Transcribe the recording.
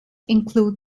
include